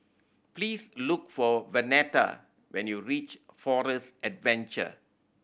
please look for Vernetta when you reach Forest Adventure